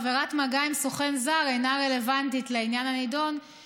עבירת מגע עם סוכן זר אינה רלוונטית לעניין הנדון,